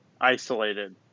isolated